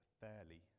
fairly